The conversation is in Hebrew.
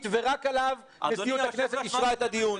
ורק עליו כטיעון שהכנסת אישרה את הדיון.